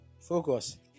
Focus